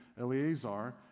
Eleazar